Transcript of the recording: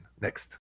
next